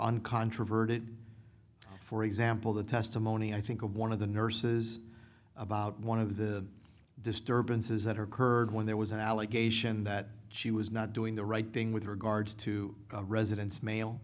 uncontroverted for example the testimony i think of one of the nurses about one of the disturbances that her curd when there was an allegation that she was not doing the right thing with regards to residents male